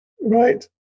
Right